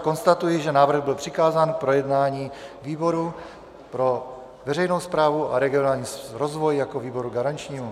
Konstatuji, že návrh byl přikázán k projednání výboru pro veřejnou správu a regionální rozvoj jako výboru garančnímu.